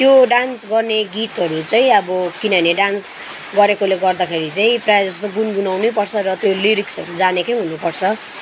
त्यो डान्स गर्ने गीतहरू चाहिँ अब किनभने डान्स गरेकोले गर्दाखेरि चाहिँ प्रायः जस्तो गुनगुनाउनै पर्छ त्यो लिरिक्सहरू जानेकै हुनु पर्छ